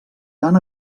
tan